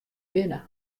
binne